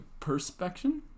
Perspection